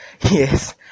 Yes